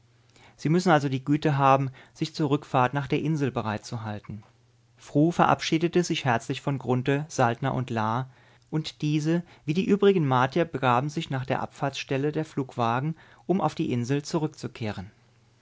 sie müssen also die güte haben sich zur rückfahrt nach der insel bereitzuhalten fru verabschiedete sich herzlich von grunthe saltner und la und diese wie die übrigen martier begaben sich nach der abfahrtsstelle der flugwagen um auf die insel zurückzukehren